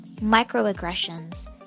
Microaggressions